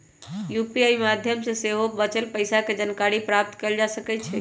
UPI माध्यम से सेहो बचल पइसा के जानकारी प्राप्त कएल जा सकैछइ